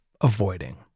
avoiding